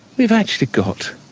we've actually got